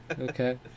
Okay